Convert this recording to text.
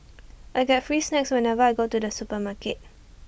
I get free snacks whenever I go to the supermarket